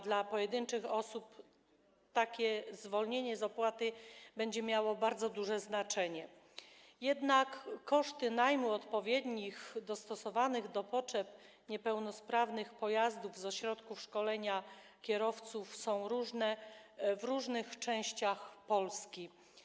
Dla pojedynczych osób takie zwolnienie z opłaty będzie miało bardzo duże znaczenie, jednak koszty najmu odpowiednich, dostosowanych do potrzeb niepełnosprawnych pojazdów z ośrodków szkolenia kierowców są różne w różnych częściach Polski.